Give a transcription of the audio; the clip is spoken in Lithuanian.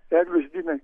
eglių žiedynai